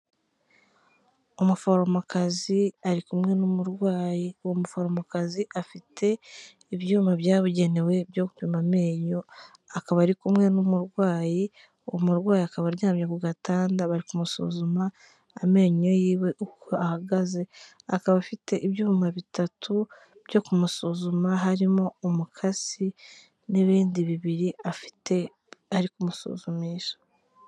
Umuforomokazi ari kumwe n'umurwayi, uwo muforomokazi afite ibyuma byabugenewe byo gupima amenyo, akaba ari kumwe n'umurwayi, uwo murwayi akaba aryamye ku gatanda bari kumusuzuma amenyo yiwe uko ahagaze, akaba afite ibyuma bitatu byo kumusuzuma, harimo umukasi n'ibindi bibiri afite ari kumusuzumisha.